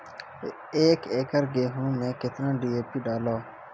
एक एकरऽ गेहूँ मैं कितना डी.ए.पी डालो?